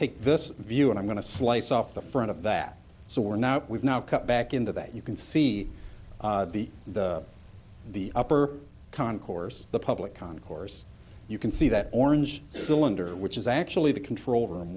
take this view and i'm going to slice off the front of that so we're now we've now come back into that you can see the the upper concourse the public concourse you can see that orange cylinder which is actually the control